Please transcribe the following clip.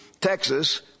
Texas